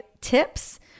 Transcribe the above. tips